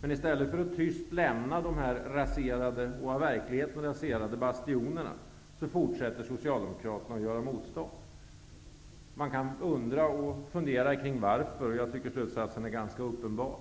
Men i stället för att tyst lämna de av verkligheten raserade bastionerna fortsätter Socialdemokraterna att göra motstånd. Man undrar varför, men slutsatsen är ganska uppenbar.